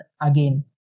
again